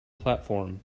platform